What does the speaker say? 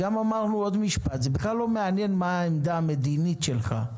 זה בכלל לא מעניין מה העמדה המדינית שלך,